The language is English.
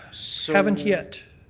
so haven't yet.